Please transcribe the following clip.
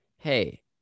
Hey